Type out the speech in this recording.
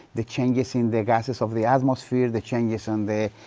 the changes in the gasses of the atmosphere, the changes in, the,